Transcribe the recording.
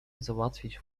załatwić